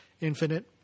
Infinite